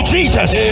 Jesus